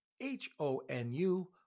H-O-N-U